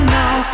now